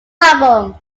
album